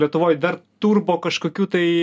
lietuvoj dar turbo kažkokių tai